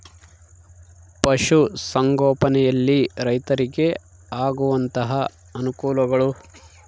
ಪಶುಸಂಗೋಪನೆಯಲ್ಲಿ ರೈತರಿಗೆ ಆಗುವಂತಹ ಅನುಕೂಲಗಳು?